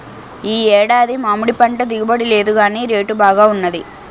ఈ ఏడాది మామిడిపంట దిగుబడి లేదుగాని రేటు బాగా వున్నది